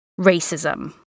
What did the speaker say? racism